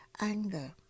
anger